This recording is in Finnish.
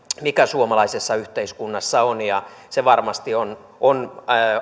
mikä suomalaisessa yhteiskunnassa on ja se varmasti on on